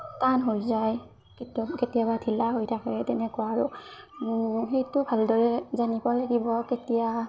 শুকান হৈ যায় কে কেতিয়াবা ঢিলা হৈ থাকে তেনেকুৱা আৰু সেইটো ভালদৰে জানিব লাগিব কেতিয়া